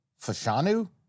Fashanu